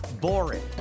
boring